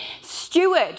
steward